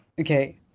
okay